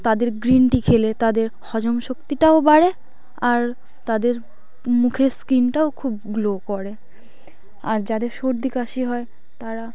তাদের green tea খেলে তাদের হজমশক্তিটাও বাড়ে আর তাদের মুখের স্কিনটাও খুব গ্লো করে আর যাদের সর্দি কাশি হয় তারা